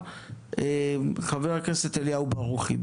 חבר הכנסת אליהו ברוכי.